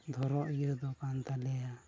ᱫᱷᱚᱨᱚ ᱤᱭᱟᱹ ᱫᱚ ᱠᱟᱱ ᱛᱟᱞᱮᱭᱟ